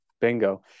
Bingo